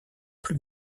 plus